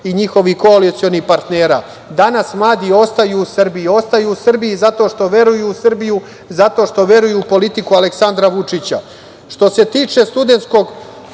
i njihovih koalicionih partnera. Danas mladi ostaju u Srbiji zato što veruju u Srbiju, zato što veruju u politiku Aleksandra Vučića. Što se tiče studentskog